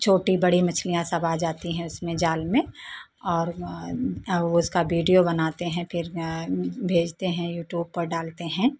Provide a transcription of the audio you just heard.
छोटी बड़ी मछलियां सब आ जाती है उसमें जाल में और ओ उसका बीडीयो बनाते हैं फिर भेजते हैं यूट्यूब पर डालते हैं